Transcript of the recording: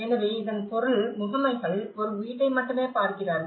எனவே இதன் பொருள் முகமைகள் ஒரு வீட்டை மட்டுமே பார்க்கிறார்கள்